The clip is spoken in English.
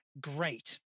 great